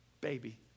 baby